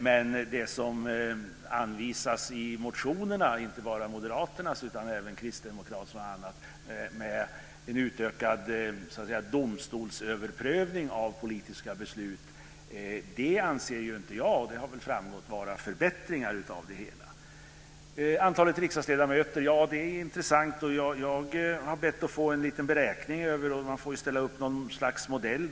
Men det som anvisas i motionerna - och inte bara i Moderaternas utan även i Kristdemokraternas och andras - med en utökad domstolsöverprövning av politiska beslut anser inte jag vara förbättringar av det hela. Det har väl också framgått. Antalet riksdagsledamöter är intressant. Jag har bett att få en liten beräkning av detta - man får väl ställa upp någon slags modell.